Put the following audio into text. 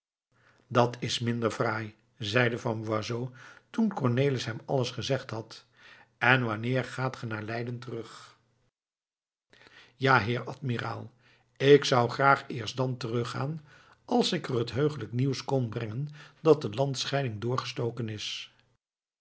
dat is minder fraai zeide van boisot toen cornelis hem alles gezegd had en wanneer gaat ge naar leiden terug ja heer admiraal ik zou graag eerst dàn terug gaan als ik er het heugelijk nieuws kon brengen dat de landscheiding doorgestoken is